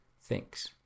thinks